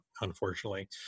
unfortunately